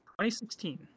2016